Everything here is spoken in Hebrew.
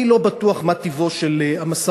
אני לא בטוח מה טיבו של המשא-ומתן.